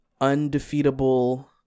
undefeatable